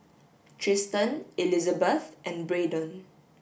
Tristen Elizbeth and Braedon